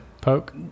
poke